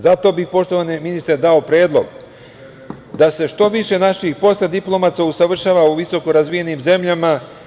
Zato bi, poštovani ministre, dao predlog da se što više naših postdiplomaca usavršava u visoko razvijenim zemljama.